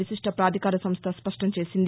విశిష్ఠ పాధికార సంస్థ స్పష్టం చేసింది